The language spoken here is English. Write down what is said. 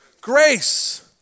Grace